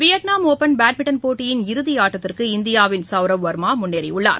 Vietnam open badminton போட்டியின் இறுதியாட்டத்திற்கு இந்தியாவின் சௌரவ் வாமா முன்னேறியுள்ளார்